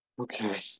Okay